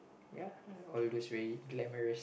ya all those very glamourous